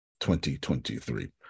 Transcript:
2023